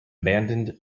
abandoned